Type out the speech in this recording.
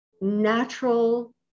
natural